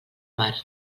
mar